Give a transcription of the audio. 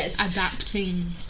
adapting